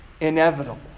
inevitable